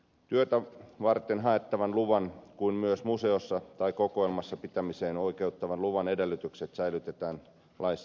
työtä varten haettavan luvan kuin myös museossa tai kokoelmassa pitämiseen oikeuttavan luvan edellytykset säilytetään laissa ennallaan